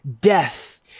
death